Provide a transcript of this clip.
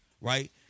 right